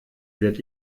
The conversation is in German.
wird